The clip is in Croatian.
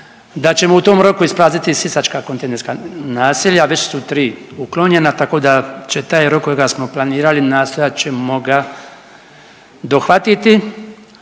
da ćemo u tom roku isprazniti sisačka kontejnerska naselja. Već su tri uklonjena, tako da će taj rok kojega smo planirali nastojat ćemo ga dohvatiti,